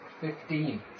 fifteen